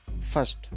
First